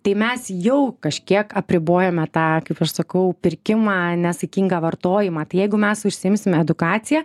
tai mes jau kažkiek apribojome tą kaip aš sakau pirkimą nesaikingą vartojimą tai jeigu mes užsiimsime edukacija